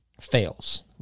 fails